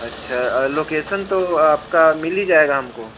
अच्छा लोकेसन तो आपका मिल ही जाएगा हमको